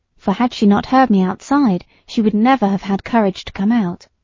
for had she not heard me outside she would never have had courage to come out.